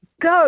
go